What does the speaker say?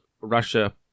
Russia